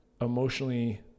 emotionally